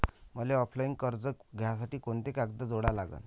मले ऑफलाईन कर्ज घ्यासाठी कोंते कागद जोडा लागन?